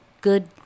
good